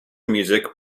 music